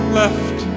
left